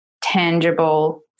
tangible